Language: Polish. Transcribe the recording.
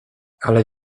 ale